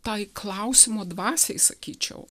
tai klausimo dvasiai sakyčiau